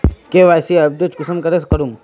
KYC update कुंसम करे करूम?